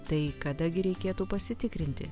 tai kada gi reikėtų pasitikrinti